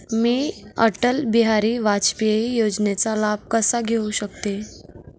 मी अटल बिहारी वाजपेयी योजनेचा लाभ कसा घेऊ शकते?